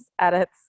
edits